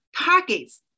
targets